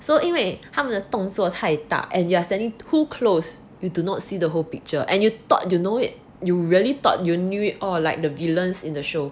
so 因为他们的动作太大 and you are standing too close you do not see the whole picture and you thought you know it you really thought you knew it oh like the villians in the show